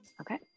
Okay